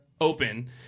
open